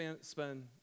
spend